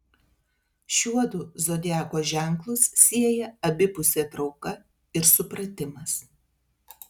šiuodu zodiako ženklus sieja abipusė trauka ir supratimas